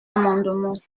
amendement